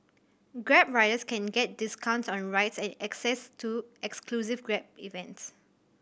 grab riders can get discounts on rides and access to exclusive Grab events